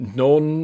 non